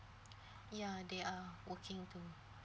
ya they are working too